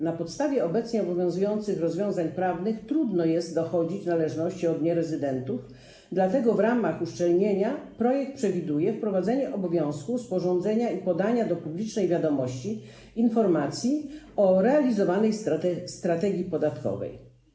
Na podstawie obecnie obowiązujących rozwiązań prawnych trudno jest dochodzić należności od nierezydentów, dlatego w ramach uszczelnienia projekt przewiduje wprowadzenie obowiązku sporządzenia i podania do publicznej wiadomości informacji o realizowanej strategii podatkowej.